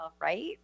right